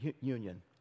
union